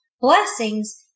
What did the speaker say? blessings